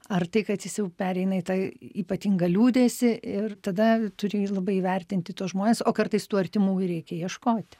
ar tai kad jis jau pereina į tą ypatingą liūdesį ir tada turi labai įvertinti tuos žmones o kartais tų artimųjų reikia ieškoti